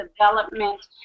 development